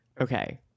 Okay